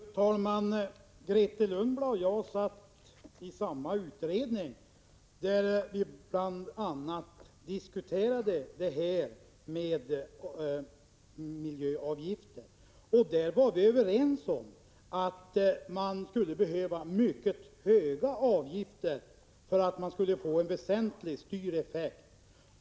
Fru talman! Grethe Lundblad och jag satt i samma utredning, där vi bl.a. diskuterade frågan om miljöavgifter. Vi var då överens om att det skulle behövas mycket höga avgifter för att man skulle få en väsentlig styreffekt.